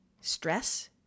stress